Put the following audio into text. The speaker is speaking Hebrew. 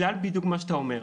בדיוק בגלל מה שאתה אומר,